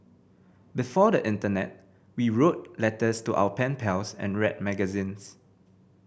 before the internet we wrote letters to our pen pals and read magazines